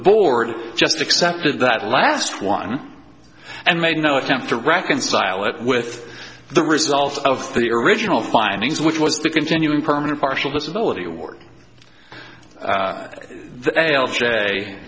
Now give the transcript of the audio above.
board just accepted that last one and made no attempt to reconcile it with the results of the original findings which was the continuing permanent partial disability